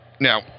Now